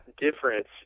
difference